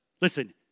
Listen